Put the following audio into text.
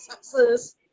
success